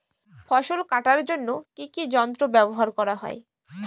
ফসল কাটার জন্য কি কি যন্ত্র ব্যাবহার করা হয়?